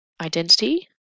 identity